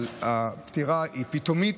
אבל הפטירה היא פתאומית,